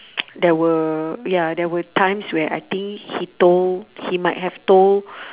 there were ya there were times where I think he told he might have told